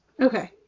Okay